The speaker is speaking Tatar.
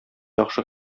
яхшы